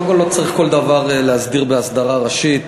קודם כול, לא צריך כל דבר להסדיר בהסדרה ראשית.